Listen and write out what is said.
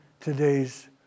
today's